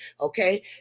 okay